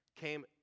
came